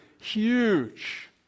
huge